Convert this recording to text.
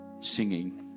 singing